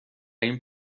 این